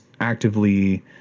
actively